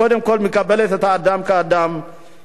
אני חושב שצריך להפסיק את הדלת המסתובבת,